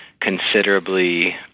considerably